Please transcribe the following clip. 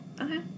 Okay